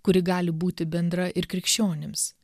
kuri gali būti bendra ir krikščionims